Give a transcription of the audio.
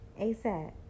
ASAP